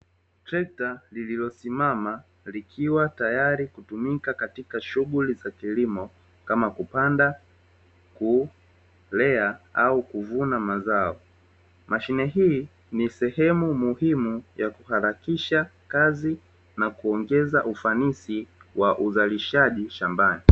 Trekta lililosimama likiwa tayari kutumika katika shughuli za kilimo kama kupanda, kulea au kuvuna mazao. Mashine hii ni sehemu muhimu ya kuharakisha kazi na kuongeza ufanisi wa uzalishaji shambani.